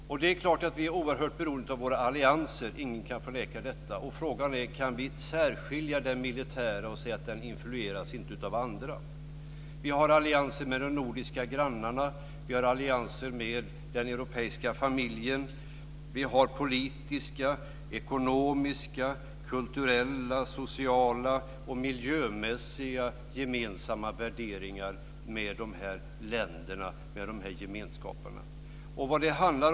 Det är klart att vi är mycket beroende av våra allianser - ingen kan förneka det. Frågan är om vi kan särskilja den militära och säga att den inte influeras av andra. Vi har allianser med de nordiska grannarna och vi har allianser med den europeiska familjen. Vi har politiska, ekonomiska, kulturella, sociala och miljömässiga gemensamma värderingar med de här länderna och gemenskaperna.